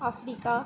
Africa